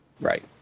right